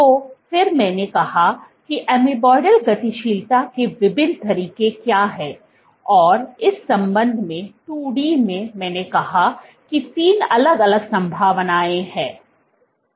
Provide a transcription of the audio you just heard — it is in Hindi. तो फिर मैंने कहा कि अमेबोइडल गतिशीलता के विभिन्न तरीके क्या हैं और इस संबंध में 2 डी में मैंने कहा कि तीन अलग अलग संभावनाएं हैं